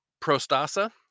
Prostasa